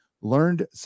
learned